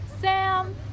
Sam